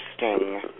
interesting